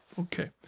Okay